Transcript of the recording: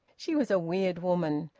she was a weird woman.